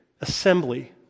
assembly